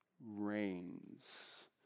reigns